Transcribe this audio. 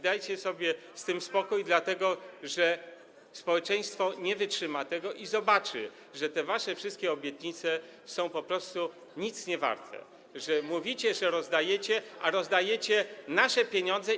Dajcie sobie z tym spokój, dlatego że społeczeństwo nie wytrzyma tego i zobaczy, że te wasze wszystkie obietnice są po prostu nic niewarte, że mówicie, że rozdajecie, a rozdajecie nasze pieniądze.